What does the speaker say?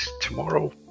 tomorrow